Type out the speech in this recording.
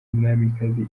umwamikazi